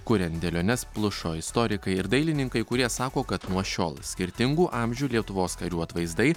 kuriant dėliones plušo istorikai ir dailininkai kurie sako kad nuo šiol skirtingų amžių lietuvos karių atvaizdai